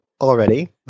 already